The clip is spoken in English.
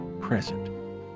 present